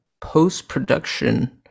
post-production